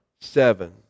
seven